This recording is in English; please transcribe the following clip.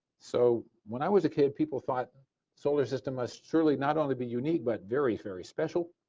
so when i was a kid people thought solar system must surely not only be unique but very, very special.